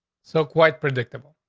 so quite predictable.